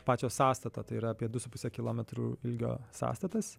pačio sąstato tai yra apie du su puse kilometrų ilgio sąstatas